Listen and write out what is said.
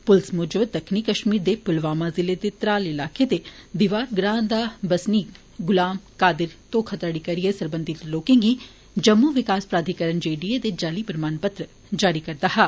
पुलसै मुजब दक्खनी कश्मीर दे पुलवामा जिले दे त्राल इलाके दे 'दीवार' ग्रां दा बसनीक गुलाम कादिर घोखाघड़ी करिए सरबंघत लोकें गी जम्मू विकास प्राधिकरण जे डी ए दे जाली प्रमाण पत्र जारी करदा हा